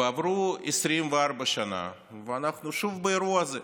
ועברו 24 שנה, ואנחנו שוב באירוע הזה,